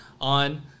on